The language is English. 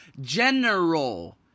General